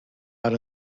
out